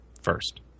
first